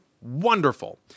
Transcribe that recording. wonderful